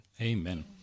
Amen